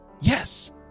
Yes